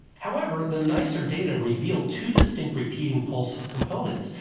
however, the nicer data revealed two distinct repeating pulse components,